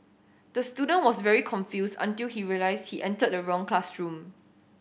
the student was very confused until he realised he entered the wrong classroom